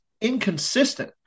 inconsistent